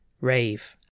Rave